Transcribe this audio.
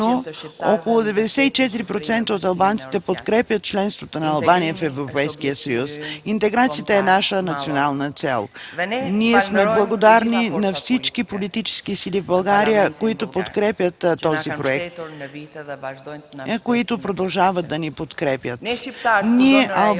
около 94% от албанците подкрепят членството на Албания в Европейския съюз. Интеграцията е наша национална цел. Ние сме благодарни на всички политически сили в България, които подкрепят този проект и които продължават да ни подкрепят. Ние, албанците,